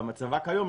במצבה כיום,